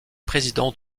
président